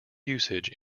usage